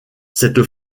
cette